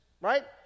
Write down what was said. right